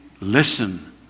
Listen